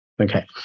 Okay